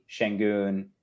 Shangun